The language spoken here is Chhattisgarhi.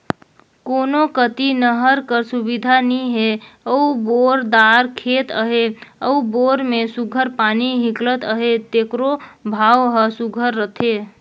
कोनो कती नहर कर सुबिधा नी हे अउ बोर दार खेत अहे अउ बोर में सुग्घर पानी हिंकलत अहे तेकरो भाव हर सुघर रहथे